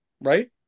right